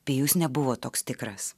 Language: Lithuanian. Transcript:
pijus nebuvo toks tikras